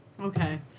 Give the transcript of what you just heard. Okay